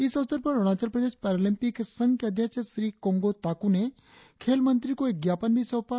इस अवसर पर अरुणाचल प्रदेश पैरालम्पिक्स संघ के अध्यक्ष श्री कोंगो ताकू ने खेल मंत्री को एक ज्ञापन भी सौंपा